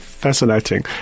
fascinating